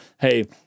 hey